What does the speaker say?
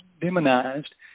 demonized